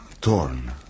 torn